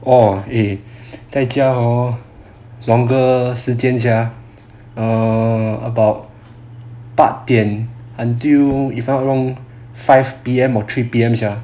orh eh 在家 hor longer 时间 sia err about 八点 until if I'm not wrong five P_M or three P_M sia